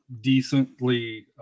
decently